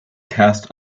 cast